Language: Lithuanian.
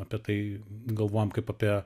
apie tai galvojam kaip apie